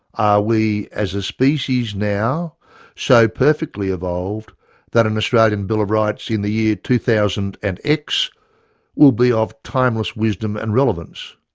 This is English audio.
are we as a species now so perfectly evolved that an australian bill of rights in the year two thousand and x will be of timeless wisdom and relevance?